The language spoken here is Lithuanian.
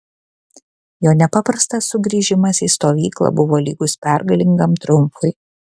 jo nepaprastas sugrįžimas į stovyklą buvo lygus pergalingam triumfui